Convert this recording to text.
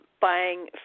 buying